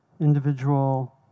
individual